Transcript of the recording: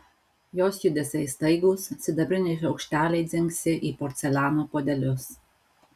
jos judesiai staigūs sidabriniai šaukšteliai dzingsi į porceliano puodelius